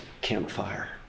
campfire